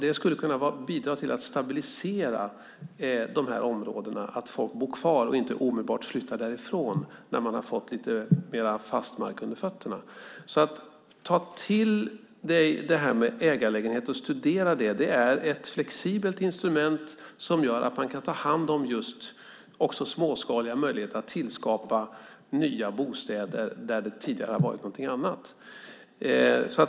Det skulle kunna bidra till att stabilisera de här områdena om folk bor kvar och inte omedelbart flyttar därifrån när de har fått lite mer fast mark under fötterna. Ta till dig det här med ägarlägenheter och studera det! Det är ett flexibelt instrument som gör att man kan ta hand om även småskaliga möjligheter att tillskapa nya bostäder där det tidigare har varit någonting annat.